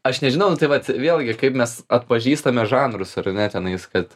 aš nežinau tai vat vėlgi kaip mes atpažįstame žanrus ar ne tenais kad